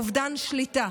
אובדן שליטה.